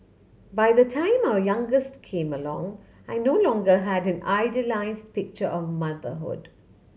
by the time our youngest came along I no longer had an idealise picture of motherhood